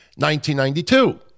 1992